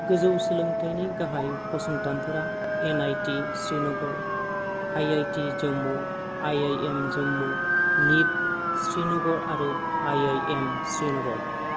गोजौ सोलोंथाइनि गाहाय फसंथानफोरा NIT Srinagar IIT Jammu IIM Jammu NIFT Srinagar आरो आईआईएम श्रीनगर